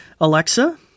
Alexa